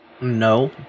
No